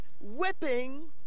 whipping